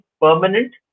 permanent